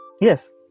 Yes